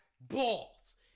balls